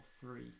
three